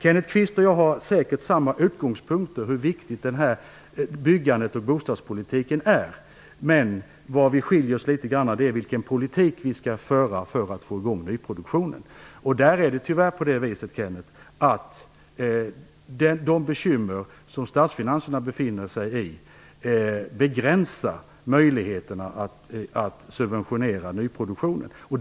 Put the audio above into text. Kenneth Kvist och jag har säkert samma utgångspunkter när det gäller hur viktigt byggandet är och hur viktig bostadspolitiken är. Vi skiljer oss åt litet grand när det gäller vilken politik vi skall föra för att få i gång nyproduktionen. Det är tyvärr på det viset, Kenneth Kvist, att de bekymmer som statsfinanserna befinner sig i begränsar möjligheterna att subventionera nyproduktionen.